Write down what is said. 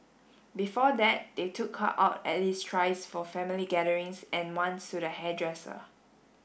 before that they took her out at least thrice for family gatherings and once to the hairdresser